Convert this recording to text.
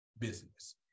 business